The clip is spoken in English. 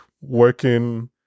working